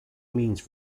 means